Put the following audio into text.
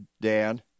Dan